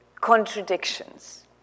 contradictions